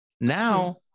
Now